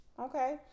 okay